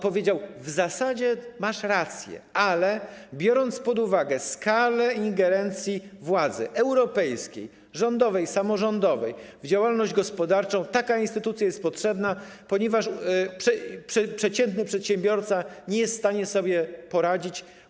Powiedział: W zasadzie masz rację, ale biorąc pod uwagę skalę ingerencji władzy europejskiej, rządowej, samorządowej w działalność gospodarczą, taka instytucja jest potrzebna, ponieważ przeciętny przedsiębiorca nie jest w stanie sobie poradzić.